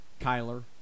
Kyler